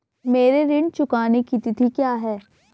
मेरे ऋण चुकाने की तिथि क्या है?